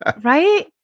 right